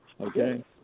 okay